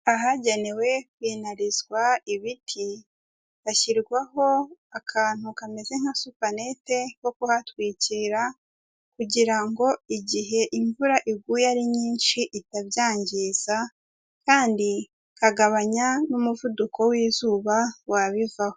Ahagenewe kwinarizwa ibiti hashyirwaho akantu kameze nka supanete ko kuhatwikira, kugira ngo igihe imvura iguye ari nyinshi itabyangiza, kandi ikagabanya n'umuvuduko w'izuba wabivaho.